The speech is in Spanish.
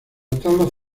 tabla